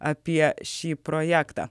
apie šį projektą